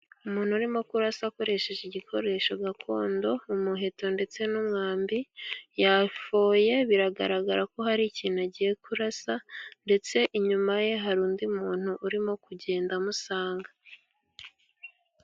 Umuntu urimo kurasa akoresheje igikoresho gakondo umuheto ndetse n'umwambi, yafoye, biragaragara ko hari ikintu agiye kurasa, ndetse inyuma ye hari undi muntu urimo kugenda amusanga.